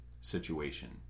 situation